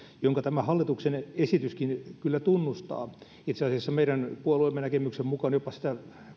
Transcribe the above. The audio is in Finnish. minkä tämä hallituksen esityskin kyllä tunnustaa itse asiassa meidän puolueemme näkemyksen mukaan jopa sitä